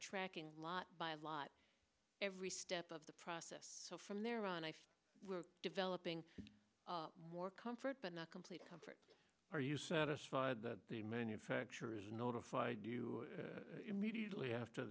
tracking a lot by a lot every step of the process so from there on developing more comfort but not complete comfort are you satisfied that the manufacturers notify do immediately after